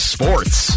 Sports